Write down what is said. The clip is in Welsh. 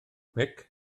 mhic